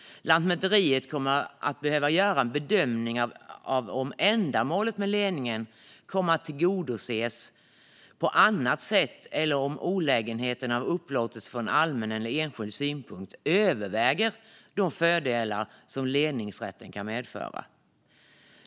Lantmäteriet kommer att behöva göra en bedömning av om ändamålet med ledningen kommer att tillgodoses på annat sätt eller om olägenheterna av upplåtelsen från allmän eller enskild synpunkt överväger de fördelar som ledningsrätten kan medföra.